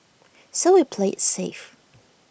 so we played IT safe